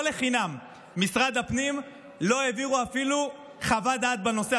לא לחינם משרד הפנים לא העבירו אפילו חוות דעת בנושא.